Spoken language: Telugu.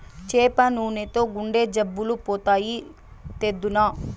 చేప నూనెతో గుండె జబ్బులు పోతాయి, తెద్దునా